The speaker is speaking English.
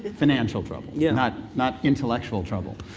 financial trouble, yeah not not intellectual trouble?